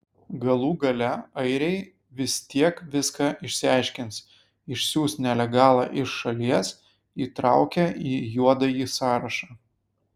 galų gale airiai vis tiek viską išsiaiškins išsiųs nelegalą iš šalies įtraukę į juodąjį sąrašą